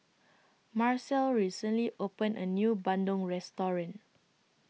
Marcelle recently opened A New Bandung Restaurant